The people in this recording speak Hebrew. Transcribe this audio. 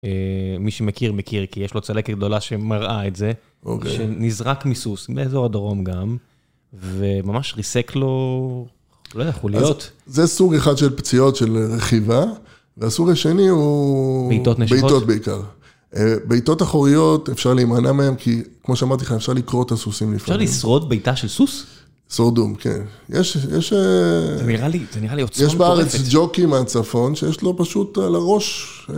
אה... מי שמכיר, מכיר, כי יש לו צלק גדולה שמראה את זה, שנזרק מסוס, מאיזור הדרום גם, וממש ריסק לו, לא יכול להיות. זה סוג אחד של פציעות של רכיבה, והסוג השני הוא... ביתות נשכות? ביתות אחוריות, אפשר להימנע מהן, כי כמו שאמרתי לך, אפשר לקרוא את הסוסים לפעמים. אפשר לסרוד ביתה של סוס? סורדום, כן. יש... זה נראה לי עוצמם קורפט. יש בארץ ג'וקי מהצפון, שיש לו פשוט על הראש,